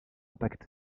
pacte